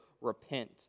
repent